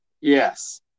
Yes